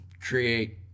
create